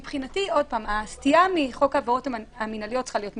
מבחינתי הסטייה מחוק העבירות המינהליות צריכה להיות מינימלית.